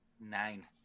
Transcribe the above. nine